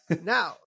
Now